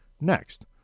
next